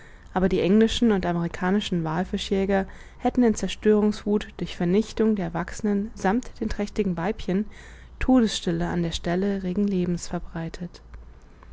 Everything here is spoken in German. aber die englischen und amerikanischen wallfischjäger hätten in zerstörungswuth durch vernichtung der erwachsenen sammt den trächtigen weibchen todesstille an der stelle regen lebens verbreitet